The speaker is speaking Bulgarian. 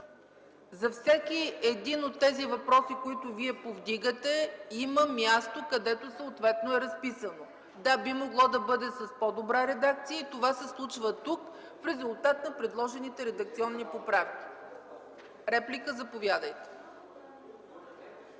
За всеки един от тези въпроси, които вие повдигате, има място, където съответно е разписано. Да, би могло да бъде с по-добра редакция и това се случва тук в резултат на предложените редакционни поправки. Реплика – заповядайте,